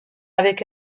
avec